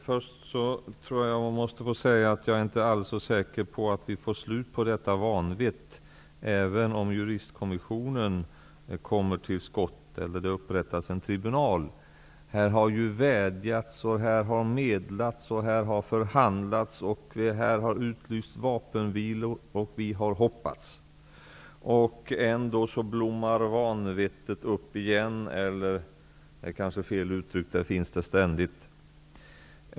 Herr talman! Jag är inte så säker på att vi får slut på detta vanvett även om Juristkommissionen kommer till skott och det upprättas en tribunal. Här har vädjats, medlats, förhandlats, utlysts vapenvilor, och vi har hoppats. Ändå blommar vanvettet upp igen. Det var kanske ett felaktigt uttryck. Vanvettet finns där ständigt.